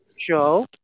show